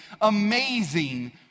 amazing